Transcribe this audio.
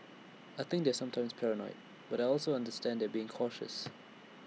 I think they're sometimes paranoid but I also understand they're being cautious